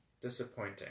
disappointing